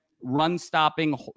run-stopping